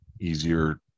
easier